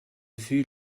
vue